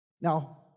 Now